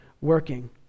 working